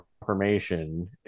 confirmation